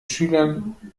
schülern